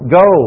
go